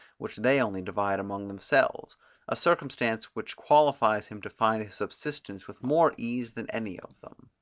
which they only divide among themselves a circumstance which qualifies him to find his subsistence, with more ease than any of them.